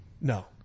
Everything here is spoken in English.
No